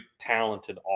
talented